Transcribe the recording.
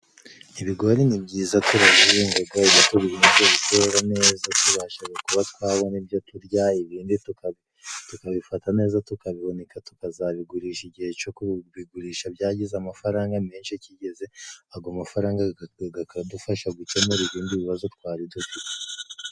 Ibigori ni byiza turabihingaga bikera neza tubashaga kuba twabona ibyo turya ibi tukabifata neza tukabihunika tukazabigurisha igihe co kubigurisha byagize amafaranga menshi kigeze ago mafaranga gakadufasha gukemura ibindi bibazo twari dufite.